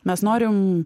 mes norim